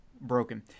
broken